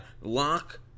Lock